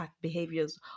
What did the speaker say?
behaviors